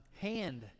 Hand